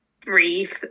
breathe